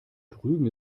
drüben